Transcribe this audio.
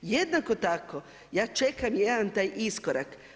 Jednako tako ja čekam jedan taj iskorak.